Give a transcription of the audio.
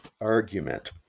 argument